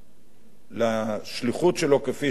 ולשליחות שלו, כפי שהוא תופס אותה,